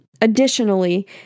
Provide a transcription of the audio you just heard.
Additionally